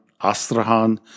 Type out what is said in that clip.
Astrahan